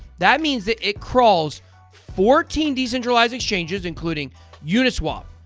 that means that it crawls fourteen decentralized exchanges including uniswap,